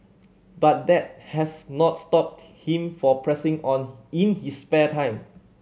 but that has not stopped him for pressing on in his spare time